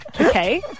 Okay